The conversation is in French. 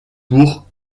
pour